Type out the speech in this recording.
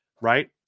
right